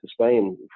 Spain